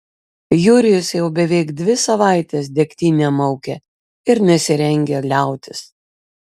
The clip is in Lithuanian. jurijus jau beveik dvi savaites degtinę maukia ir nesirengia liautis